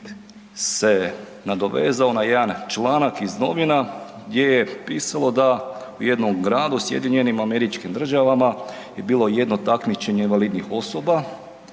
se nadovezao na jedan članak iz novina gdje je pisalo da u jednom gradu u SAD-u je bilo takmičenje invalidnih osoba